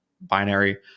binary